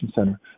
Center